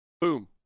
Boom